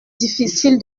difficile